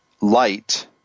light